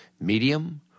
medium